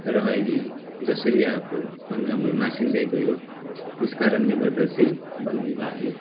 तर अहिले जसरी अब वन जङ्गल मासिँदै गयो त्यसकारणले गर्दा चाहिँ वन विभागले